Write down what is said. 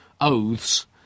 oaths